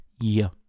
year